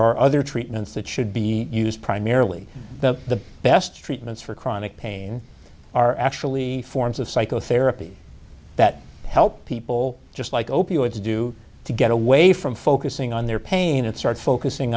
are other treatments that should be used primarily the best treatments for chronic pain are actually forms of psychotherapy that help people just like opioids do to get away from focusing on their pain and start focusing